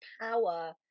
power